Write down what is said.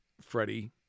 Freddie